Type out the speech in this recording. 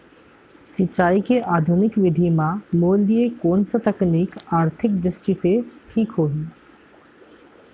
सिंचाई के आधुनिक विधि म मोर लिए कोन स तकनीक आर्थिक दृष्टि से ठीक होही?